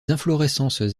inflorescences